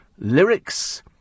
lyrics